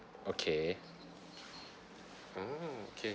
okay oh okay